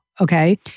Okay